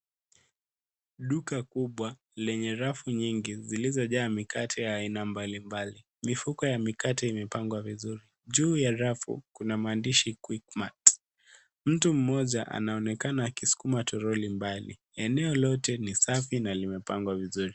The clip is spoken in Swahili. Duka kubwa lenye rafu nyingi zilizojaa mikate ya aina mbalimbali. Mifuko ya mikate imepangwa vizuri. Juu ya rafu, kuna maandishi Quickmart. Mtu mmoja anaonekana akisukuma toroli mbali. Eneo lote ni safi na limepangwa vizuri.